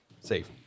safe